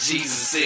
Jesus